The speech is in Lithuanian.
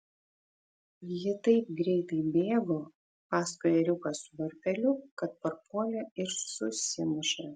ji taip greitai bėgo paskui ėriuką su varpeliu kad parpuolė ir susimušė